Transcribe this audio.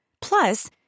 Plus